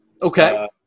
Okay